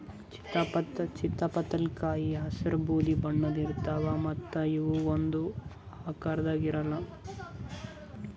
ಚಿತ್ತಪಳಕಾಯಿ ಹಸ್ರ್ ಬೂದಿ ಬಣ್ಣದ್ ಇರ್ತವ್ ಮತ್ತ್ ಇವ್ ಒಂದೇ ಆಕಾರದಾಗ್ ಇರಲ್ಲ್